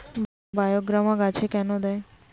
বায়োগ্রামা গাছে কেন দেয়?